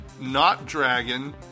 not-dragon